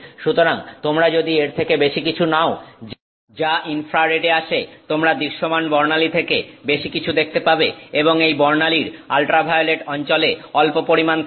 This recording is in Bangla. সুতরাং তোমরা যদি এর থেকে বেশি কিছু নাও যা ইনফ্রারেডে আসে তোমরা দৃশ্যমান বর্ণালী থেকে বেশি কিছু দেখতে পাবে এবং এই বর্ণালীর আল্ট্রাভায়োলেট অঞ্চলে অল্প পরিমাণ থাকবে